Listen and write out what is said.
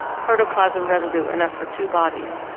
protoplasm residue enough for two bodies.